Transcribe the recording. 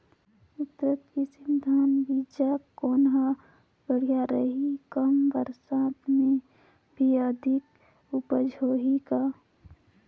उन्नत किसम धान बीजा कौन हर बढ़िया रही? कम बरसात मे भी अधिक उपज होही का?